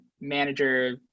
manager